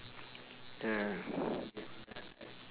yeah